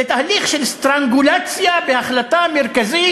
זה תהליך של סטרנגולציה בהחלטה מרכזית